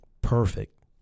perfect